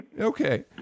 Okay